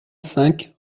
cinq